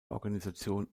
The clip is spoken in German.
organisation